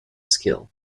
skill